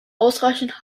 ausreichenden